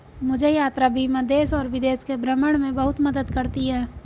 मुझे यात्रा बीमा देश और विदेश के भ्रमण में बहुत मदद करती है